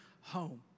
home